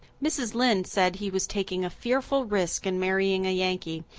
mrs. lynde said he was taking a fearful risk in marrying a yankee,